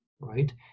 right